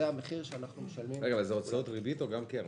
זה הוצאות ריבית או גם קרן?